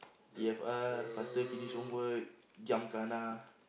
T_F_R faster finish homework giam kana